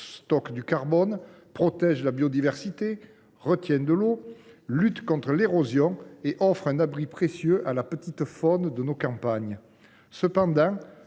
stockent du carbone, protègent la biodiversité, retiennent l’eau, permettent de lutter contre l’érosion et offrent un abri précieux à la petite faune de nos campagnes.